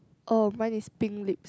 oh mine is pink lip